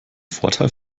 vorteil